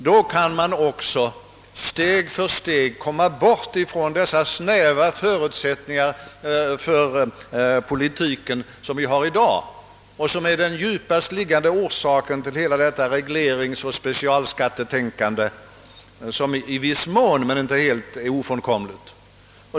Då blir det möjligt att steg för steg komma bort från de snäva förutsättningar för politiken som finns i dag och som är den djupast liggande orsaken till det nuvarande regleringsoch specialskattetänkandet, som i viss mån men inte helt är ofrånkomligt.